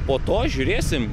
po to žiūrėsim